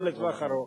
גם לטווח ארוך.